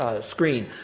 screen